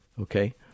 Okay